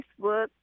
Facebook